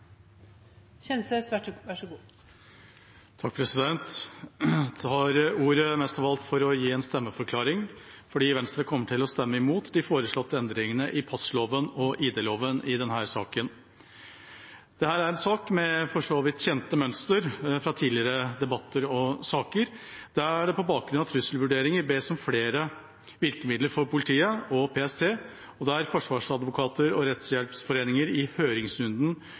kommer til å stemme imot de foreslåtte endringene i passloven og ID-loven i denne saken. Dette er en sak med for så vidt kjente mønster fra tidligere debatter og saker, der det på bakgrunn av trusselvurderinger bes om flere virkemidler for politiet og PST, og der forsvarsadvokater og rettshjelpsforeninger i høringsrunden